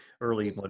early